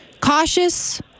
cautious